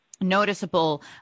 noticeable